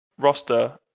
Roster